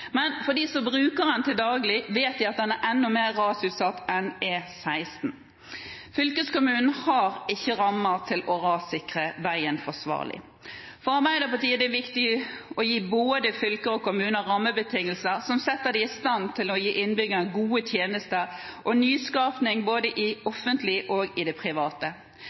de som bruker den til daglig, vet at den er enda mer rasutsatt enn E16. Fylkeskommunen har ikke rammer til å rassikre veien forsvarlig. For Arbeiderpartiet er det viktig å gi både fylker og kommuner rammebetingelser som setter dem i stand til å gi innbyggerne gode tjenester og nyskaping, både offentlige og i det private.